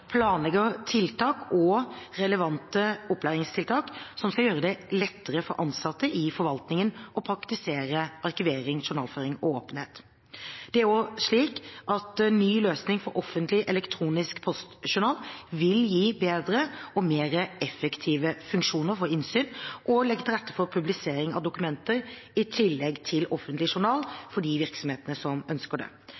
planlegger tiltak og relevante opplæringstiltak som skal gjøre det lettere for ansatte i forvaltningen å praktisere arkivering, journalføring og åpenhet. Ny løsning for Offentlig elektronisk postjournal vil gi bedre og mer effektive funksjoner for innsyn og legge til rette for publisering av dokumenter i tillegg til offentlig journal